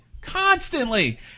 constantly